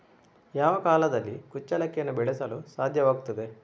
ಯಾವ ಕಾಲದಲ್ಲಿ ಕುಚ್ಚಲಕ್ಕಿಯನ್ನು ಬೆಳೆಸಲು ಸಾಧ್ಯವಾಗ್ತದೆ?